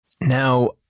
Now